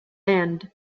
end